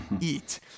eat